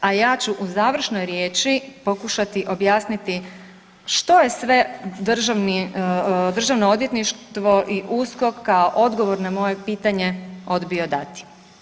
A ja ću u završnoj riječi pokušati objasniti što je sve Državno odvjetništvo i USKOK kao odgovor na moje pitanje odbio dati.